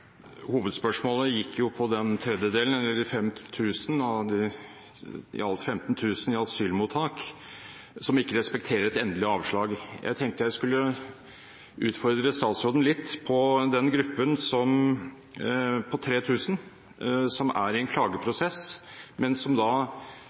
Hovedspørsmålet gikk jo på den tredjedelen – eller de 5 000 av i alt 15 000 i asylmottak – som ikke respekterer et endelig avslag. Jeg tenkte jeg skulle utfordre statsråden litt på den gruppen på 3 000 som er i en